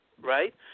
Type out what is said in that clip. right